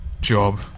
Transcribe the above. job